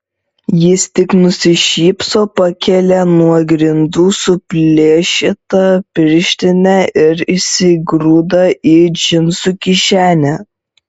jis tik nusišypso pakelia nuo grindų suplėšytą pirštinę ir įsigrūda į džinsų kišenę